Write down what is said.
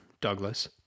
Douglas